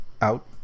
out